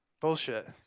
Bullshit